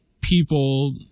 people